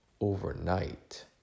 overnight